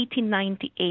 1898